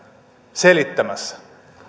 selittämässä